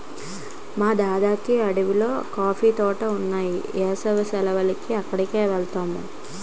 మా దద్దకి అరకులో కాఫీ తోటలున్నాయి ఏసవి సెలవులకి అక్కడికెలతాము